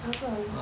apa